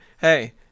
hey